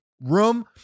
room